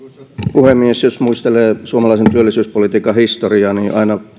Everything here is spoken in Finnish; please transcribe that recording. puhemies jos muistelee suomalaisen työllisyyspolitiikan historiaa niin aina